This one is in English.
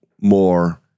more